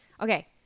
Okay